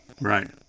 Right